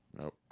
Nope